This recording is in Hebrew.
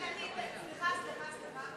בבקשה.